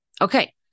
Okay